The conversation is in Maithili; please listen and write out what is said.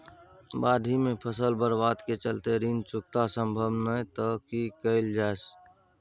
बाढि में फसल बर्बाद के चलते ऋण चुकता सम्भव नय त की कैल जा?